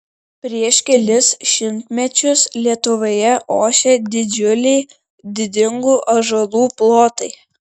prieš kelis šimtmečius lietuvoje ošė didžiuliai didingų ąžuolų plotai